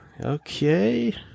okay